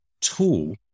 tool